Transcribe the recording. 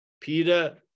Peter